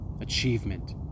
achievement